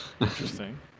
Interesting